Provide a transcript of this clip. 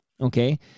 Okay